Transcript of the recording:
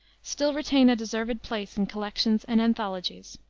still retain a deserved place in collections and anthologies.